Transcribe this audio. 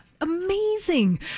Amazing